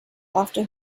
after